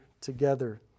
together